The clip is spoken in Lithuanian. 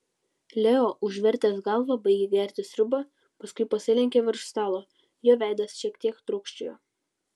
leo užvertęs galvą baigė gerti sriubą paskui pasilenkė virš stalo jo veidas šiek tiek trūkčiojo